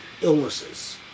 illnesses